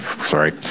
Sorry